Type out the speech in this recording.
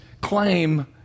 claim